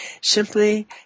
Simply